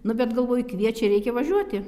nu bet galvoju kviečia reikia važiuoti